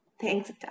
Thanks